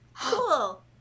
Cool